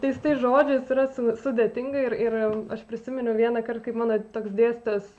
tais tais žodžiais yra su sudėtinga ir ir aš prisiminiau vienąkart kaip mano toks dėstytojas